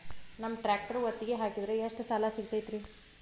ನಮ್ಮ ಟ್ರ್ಯಾಕ್ಟರ್ ಒತ್ತಿಗೆ ಹಾಕಿದ್ರ ಎಷ್ಟ ಸಾಲ ಸಿಗತೈತ್ರಿ?